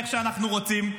איך שאנחנו רוצים?